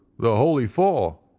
the holy four,